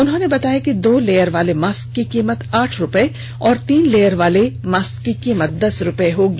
उन्होंने बताया कि दो लेयर वाले मास्क की कीमत आठ रुपये और तीन लेयर वाले की कीमत दस रुपये होगी